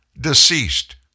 deceased